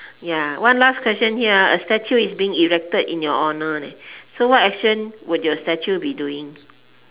ya one last question here ah a statue is being erected as your honour so what action will your statue be doing